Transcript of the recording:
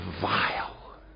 vile